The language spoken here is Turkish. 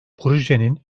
projenin